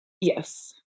Yes